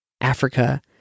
Africa